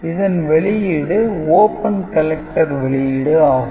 இதன் வெளியீடு "open collector" வெளியீடு ஆகும்